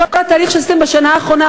כל התהליך שעשיתם בשנה האחרונה,